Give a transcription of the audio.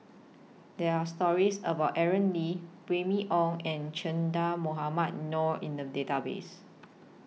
There Are stories about Aaron Lee Remy Ong and Che Dah Mohamed Noor in The Database